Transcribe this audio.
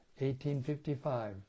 1855